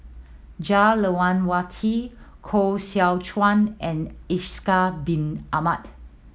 Jah Lelawati Koh Seow Chuan and Ishak Bin Ahmad